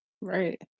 Right